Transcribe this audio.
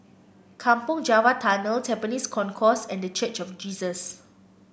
Kampong Java Tunnel Tampines Concourse and The Church of Jesus